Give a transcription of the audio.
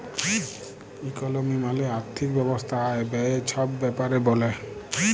ইকলমি মালে আথ্থিক ব্যবস্থা আয়, ব্যায়ে ছব ব্যাপারে ব্যলে